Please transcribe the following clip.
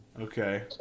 Okay